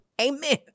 Amen